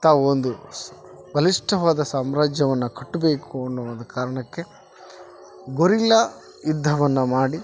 ತಾವೊಂದು ಸ್ ಬಲಿಷ್ಟವಾದ ಸಾಮ್ರಾಜ್ಯವನ್ನ ಕಟ್ಟಬೇಕು ಅನ್ನೋ ಒಂದು ಕಾರಣಕ್ಕೆ ಗೊರಿಲ್ಲ ಯುದ್ಧವನ್ನ ಮಾಡಿ